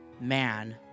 man